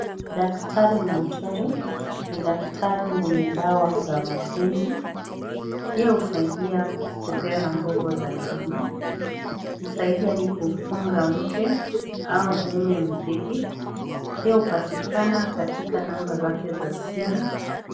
Daktari mateli, ni daktari mwenye dawa za mapenzi. Yeye husaidia kupeana nguvu za kiume. Husaidia hadi kufungua mke au mume mtedi. Pia hupatikani katika namba zake za simu.